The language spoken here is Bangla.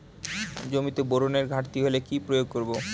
জমিতে বোরনের ঘাটতি হলে কি প্রয়োগ করব?